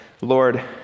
Lord